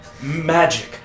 magic